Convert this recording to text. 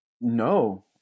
No